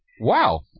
Wow